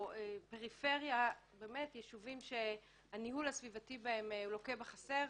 לפריפריה, לישובים שהניהול הסביבתי בהם לוקה בחסר.